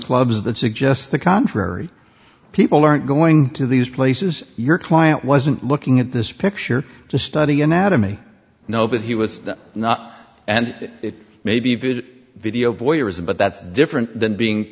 clubs that suggest the contrary people aren't going to these places your client wasn't looking at this picture to study anatomy no but he was not and it may be viewed video voyeurism but that's different than being